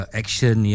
action